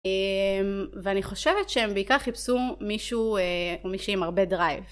ואני חושבת שהם בעיקר חיפשו מישהו או מישהי עם הרבה דרייב.